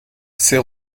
ses